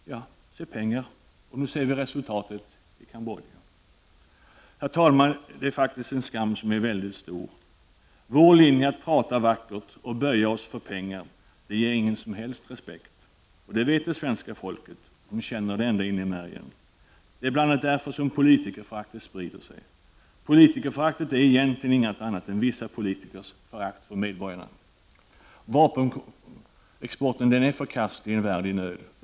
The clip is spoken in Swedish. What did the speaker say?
Ja, se pengar! Och nu ser vi resultatet i Kambodja. Herr talman! Det är faktiskt en skam som är väldigt stor. Vår linje att prata vackert och böja oss för pengar inger ingen som helst respekt. Det vet det svenska folket — man känner det ända in i märgen. Det är bl.a. därför som politikerföraktet sprider sig. Politikerföraktet är egentligen ingenting annat än vissa politikers förakt för medborgarna. Vapenexporten är förkastlig i en värld i nöd.